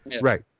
Right